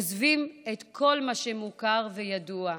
עוזבים את כל מה שמוכר וידוע,